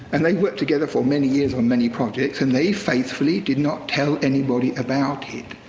and they worked together for many years on many projects, and they faithfully did not tell anybody about it.